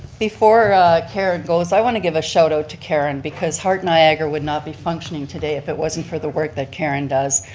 before karen goes i want to give a shout out to karen because heart niagara would not be functioning today if it wasn't for the work that karen does.